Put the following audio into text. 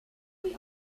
nid